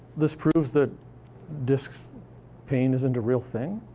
this proves that disc pain isn't a real thing?